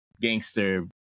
gangster